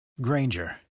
Granger